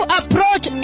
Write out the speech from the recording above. approach